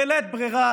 בלית ברירה,